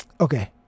Okay